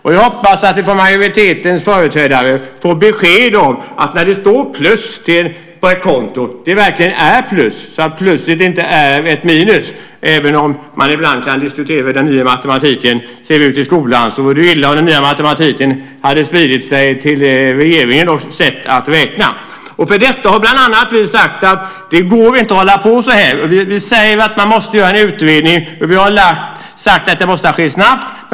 Jag hoppas att vi från majoritetens företrädare får besked om att när det står plus på ett konto så är det verkligen plus, så att det inte är ett minus. Även om man ibland kan diskutera hur den nya matematiken ser ut i skolan så vore det ju illa om den nya matematiken hade spritt sig till regeringen och dess sätt att räkna. För detta har bland annat vi sagt att det inte går att hålla på så här. Nu säger vi att man måste göra en utredning. Vi har sagt att det måste ske snabbt.